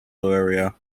area